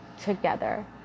together